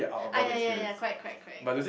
ah ya ya ya correct correct correct